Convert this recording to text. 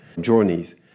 journeys